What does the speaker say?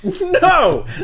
no